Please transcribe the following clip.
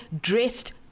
dressed